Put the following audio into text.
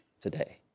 today